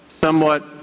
somewhat